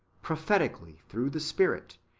prophetically through the spirit,